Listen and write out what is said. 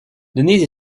denise